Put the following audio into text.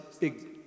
big